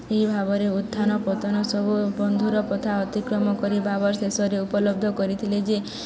ଏହି ଭାବରେ ଉତ୍ଥାନପତନ ସବୁ ବନ୍ଧୁର ପ୍ରଥା ଅତିକ୍ରମ କରି ଭାବ ଶେଷରେ ଉପଲବ୍ଧ କରିଥିଲେ ଯେ